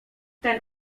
ten